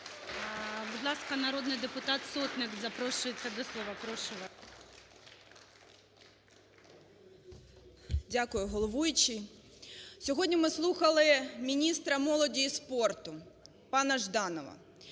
Будь ласка, народний депутат Павло Кишкар запрошується до слова.